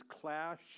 clash